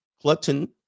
Clutton